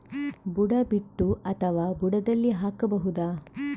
ಬುಡ ಬಿಟ್ಟು ಅಥವಾ ಬುಡದಲ್ಲಿ ಹಾಕಬಹುದಾ?